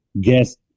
guest